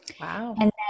Wow